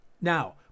Now